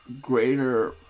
greater